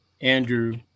Andrew